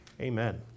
Amen